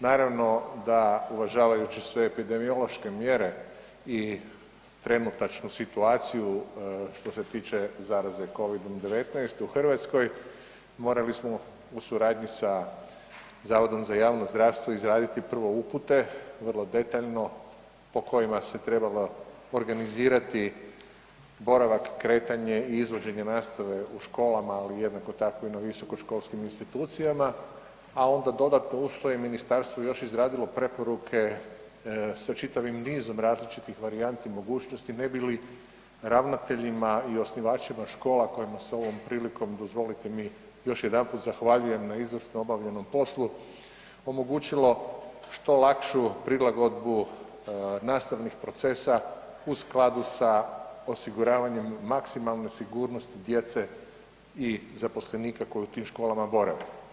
Naravno da uvažavajući sve epidemiološke mjere i trenutačnu situaciju što se tiče zaraze Covidom-19 u Hrvatskoj, morali smo u suradnji sa Zavodom za javno zdravstvo izraditi prvo upute, vrlo detaljno po kojima se trebalo organizirati boravak, kretanje i izvođenje nastave u školama, ali jednako tako i na visoko školskim institucijama, a onda dodatno uz to Ministarstvo je još izradilo preporuke sa čitavim nizom različitih varijanti mogućnosti ne bi li ravnateljima i osnivačima škola kojima se ovom prilikom dozvolite mi još jedanput zahvaljujem na izvrsno obavljenom poslu, omogućilo što lakšu prilagodbu nastavnih procesa u skladu sa osiguravanjem maksimalne sigurnosti djece i zaposlenika koji u tim školama borave.